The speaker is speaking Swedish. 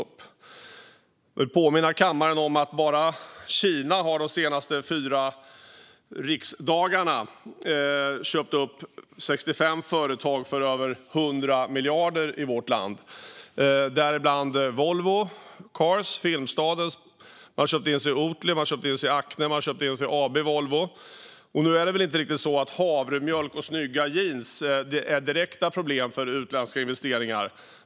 Jag vill påminna kammaren om att bara Kina under de senaste fyra riksdagarna har köpt upp 65 företag i vårt land för över 100 miljarder. Däribland finns Volvo Cars och Filmstaden. De har även köpt in sig i Oatly, Acne och AB Volvo. Havremjölk och snygga jeans är väl kanske inte direkt något problem när det gäller utländska investeringar.